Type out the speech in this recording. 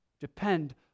Depend